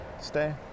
stay